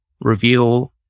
reveal